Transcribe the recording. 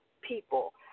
people